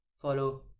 Follow